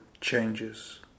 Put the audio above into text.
changes